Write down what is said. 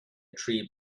tree